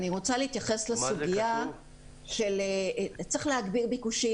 אני רוצה להתייחס לסוגיה של הצורך להגביר ביקושים,